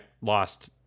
lost